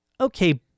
okay